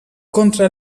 contra